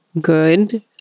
good